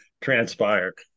transpired